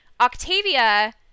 Octavia